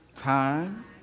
time